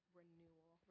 renewal